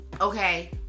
Okay